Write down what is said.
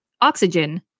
oxygen